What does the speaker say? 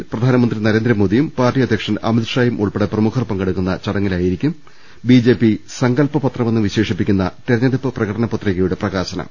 യിൽ പ്രധാനമന്ത്രി നരേന്ദ്രമോദിയും പാർട്ടി അധ്യക്ഷൻ അമിത്ഷായും ഉൾപ്പെടെ പ്രമുഖർ പങ്കെടുക്കുന്ന ചടങ്ങിലായിരിക്കും ബി ജെ പി സങ്കല്പ പത്രമെന്ന് വിശേഷിപ്പിക്കുന്ന തെരഞ്ഞെടുപ്പ് പ്രകടന പത്രികയുടെ പ്രകാശ നം